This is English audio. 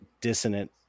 dissonant